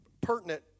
pertinent